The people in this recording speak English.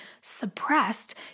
suppressed